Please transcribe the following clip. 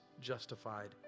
justified